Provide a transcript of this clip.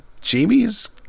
Jamie's